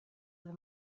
the